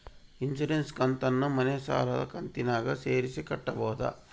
Insurance ಕಂತನ್ನ ಮನೆ ಸಾಲದ ಕಂತಿನಾಗ ಸೇರಿಸಿ ಕಟ್ಟಬೋದ?